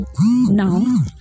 Now